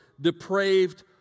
depraved